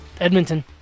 Edmonton